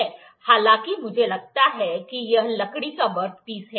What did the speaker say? हालाँकि मुझे लगता है कि यह लकड़ी का वर्कपीस है